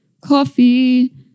coffee